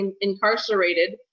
incarcerated